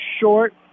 short